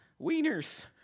wieners